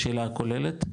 השאלה הכוללת,